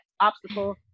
obstacle